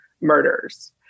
murders